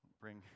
bring